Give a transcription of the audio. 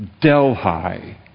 Delhi